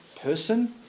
person